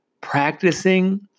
practicing